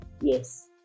Yes